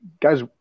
Guys